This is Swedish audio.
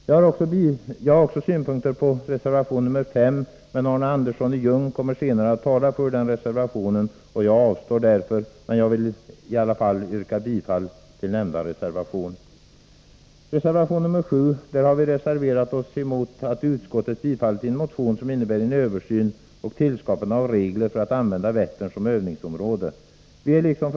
Jag har också synpunkter på reservation nr 5. Men Arne Andersson i Ljung kommer senare att tala för den reservationen, och jag avstår därför. Jag vill emellertid yrka bifall till nämnda reservation. I reservation nr 7 har vi yrkat avslag på en av utskottsmajoriteten tillstyrkt motion med krav på en översyn av användningen av Vättern som övningsområde och på tillskapande av regler för denna verksamhet.